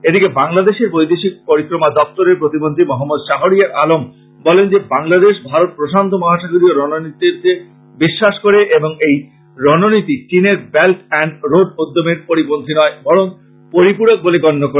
এদিকে বাংলাদেশের বৈদেশিক পরিক্রমা দপ্তরের প্রতিমন্ত্রী মোহম্মদ শাহরওয়ার আলম বলেন যে বাংলাদেশ ভারত প্রশান্ত মহাসাগরীয় রণনীতিতে বিশ্বাস করে এবং এই রণনীতি চিনের বেল্ট এড্ড রোড উদ্যমের পরিপন্থী নয় বরং পরিপুরক বলে গণ্য করে